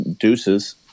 Deuces